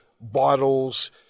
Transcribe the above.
bottles